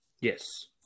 Yes